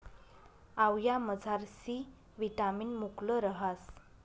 आवयामझार C vitamin मुकलं रहास